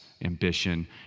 ambition